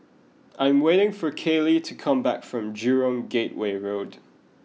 I am waiting for Kayley to come back from Jurong Gateway Road